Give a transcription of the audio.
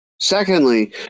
Secondly